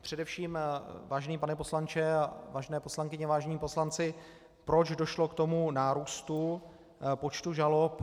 Především, vážený pane poslanče a vážené poslankyně, vážení poslanci, proč došlo k nárůstu počtu žalob?